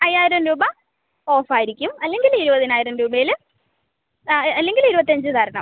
അയ്യായിരം രൂപ ഓഫ് ആയിരിക്കും അല്ലെങ്കിൽ ഇരുപതിനായിരം രൂപയിൽ ആ അല്ലെങ്കിൽ ഇരുപത്തഞ്ച് തരണം